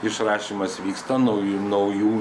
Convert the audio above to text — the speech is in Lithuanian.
išrašymas vyksta naujų naujų